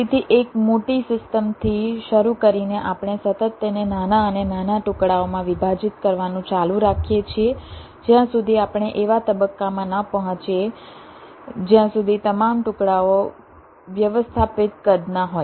તેથી એક મોટી સિસ્ટમથી શરૂ કરીને આપણે સતત તેને નાના અને નાના ટુકડાઓમાં વિભાજિત કરવાનું ચાલુ રાખીએ છીએ જ્યાં સુધી આપણે એવા તબક્કામાં ન પહોંચીએ જ્યાં સુધી તમામ ટુકડાઓ વ્યવસ્થાપિત કદના હોય